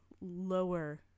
lower